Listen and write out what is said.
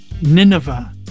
Nineveh